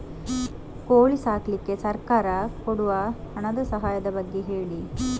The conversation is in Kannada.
ಕೋಳಿ ಸಾಕ್ಲಿಕ್ಕೆ ಸರ್ಕಾರ ಕೊಡುವ ಹಣದ ಸಹಾಯದ ಬಗ್ಗೆ ಹೇಳಿ